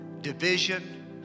division